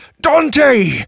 Dante